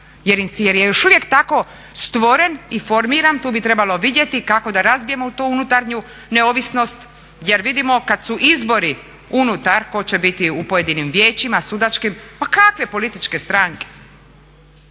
jer je još uvijek tako stvoren i formiran, tu bi trebalo vidjeti kako da razbijemo tu unutarnju neovisnost jer vidimo kad su izbori unutar tko će biti u pojedinim vijećima sudačkim , pa kakve političke stranke